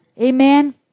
Amen